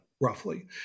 roughly